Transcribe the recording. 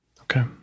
Okay